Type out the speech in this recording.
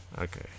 Okay